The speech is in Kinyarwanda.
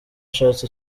ashatse